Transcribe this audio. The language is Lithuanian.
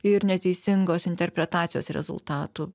ir neteisingos interpretacijos rezultatų